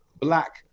black